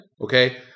okay